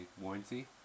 warranty